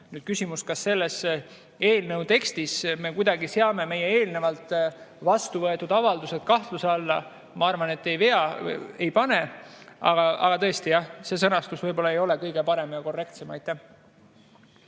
olnud. Küsimus, kas selle eelnõu tekstiga me kuidagi seame meie eelnevalt vastu võetud avaldused kahtluse alla – ma arvan, et ei sea. Aga tõesti, jah, see sõnastus võib-olla ei ole kõige parem ja korrektsem.